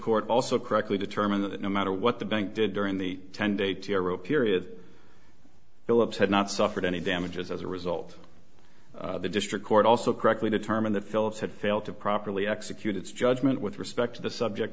court also correctly determined that no matter what the bank did during the ten day tomorrow period philips had not suffered any damages as a result the district court also correctly determined that phillips had failed to properly executed judgment with respect to the subject